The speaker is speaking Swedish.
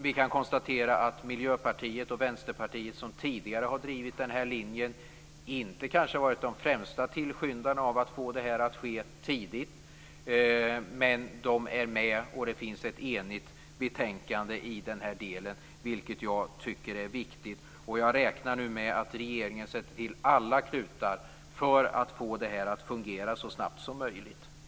Vi kan konstatera att Miljöpartiet och Vänsterpartiet - som tidigare har drivit denna linje utan att vara de främsta tillskyndarna - är med och att det finns ett enigt betänkande i denna del, vilket jag tycker är viktigt. Jag räknar nu med att regeringen sätter till alla klutar för att få detta att fungera så snabbt som möjligt.